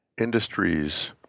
industries